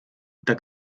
tak